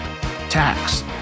tax